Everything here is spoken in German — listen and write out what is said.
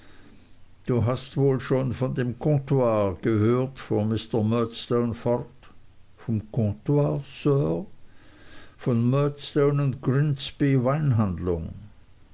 du hast wohl schon von dem comptoir gehört fuhr mr murdstone fort vom comptoir sir von murdstone grinbys